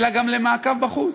אלא גם למעקב בחוץ.